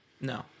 No